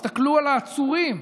תסתכלו על העצורים: